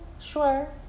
sure